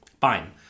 Fine